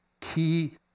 key